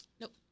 Nope